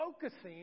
focusing